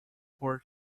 poor